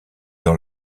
dans